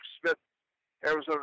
Smith-Arizona